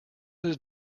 his